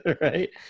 Right